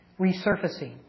resurfacing